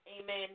amen